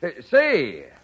Say